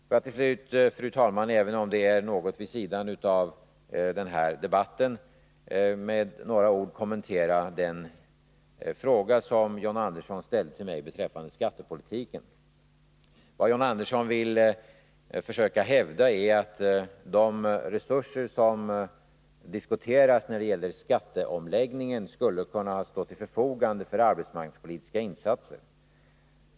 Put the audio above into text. Får jag till slut, fru talman, även om det är litet vid sidan av denna debatt, med några ord kommentera den fråga som John Andersson ställde till mig beträffande skattepolitiken. Vad John Andersson vill försöka hävda är att de resurser som diskuterats när det gäller skatteomläggningen skulle kunna ha stått till förfogande för arbetsmarknadspolitiska insatser.